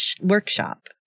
workshop